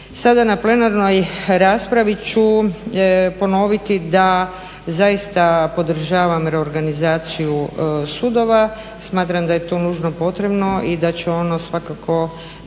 sada na plenarnoj raspravi ću ponoviti da zaista podržavam reorganizaciju sudova, smatram da je to nužno, potrebno i da će ono svakako,